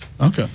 Okay